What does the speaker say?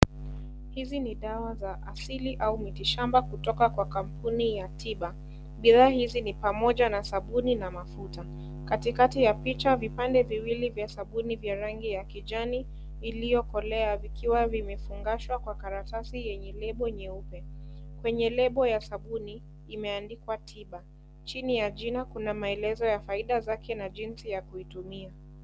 Hizi ni dawa za asili au mitishamba kutoka kwa kampuni ya tiba, bidhaa hizi ni pamoja na sabuni na mafuta. Katikati ya picha vipande viwili vya sabuni vya rangi ya kijani iliyokolea vikiwa vimefungashwa kwa karatasi yenye lebo nyeupe. Kwenye lebo ya sabuni imeandikwa tiba. Chini ya jina kuna maelezo ya faida zake na jinsi ya kuitumia.